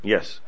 Yes